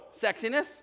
sexiness